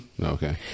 Okay